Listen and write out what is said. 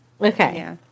Okay